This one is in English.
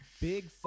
Big